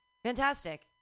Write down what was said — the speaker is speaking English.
Fantastic